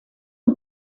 and